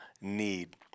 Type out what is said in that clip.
need